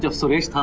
so suresh?